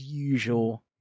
Usual